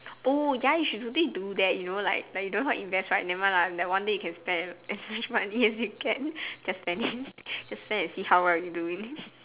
oh ya you should really do that you know like like you don't know how to invest right never mind lah that one day you can spend as much money as you can just spend it just spend and see how well you doing